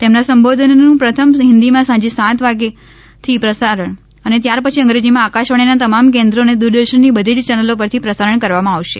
તેમના સંબોધનનુ પ્રથમ હિન્દીમાં સાંજે સાત વાગ્યાથી અને ત્યારપછી અગ્રેંજીમાં આકાશવાણીના તમામ કેન્દ્રો અને દૂરદર્શનની બધી ૈ ચેનલો પરથી પ્રસારણ કરવામાં આવશે